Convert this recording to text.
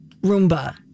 Roomba